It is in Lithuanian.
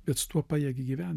bet su tuo pajėgi gyvent